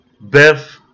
Beth